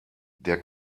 der